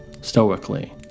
stoically